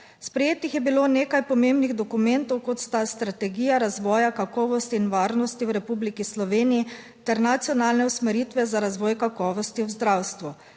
Sprejetih je bilo nekaj pomembnih dokumentov, kot sta strategija razvoja kakovosti in varnosti v Republiki Sloveniji ter nacionalne usmeritve za razvoj kakovosti v zdravstvu.